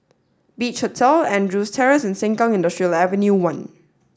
Beach Hotel Andrews Terrace and Sengkang Industrial Ave one